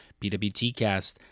PWTCast